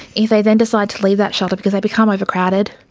if they then decide to leave that shelter because they become overcrowded,